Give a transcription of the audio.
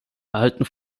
erhalten